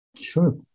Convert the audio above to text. Sure